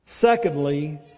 Secondly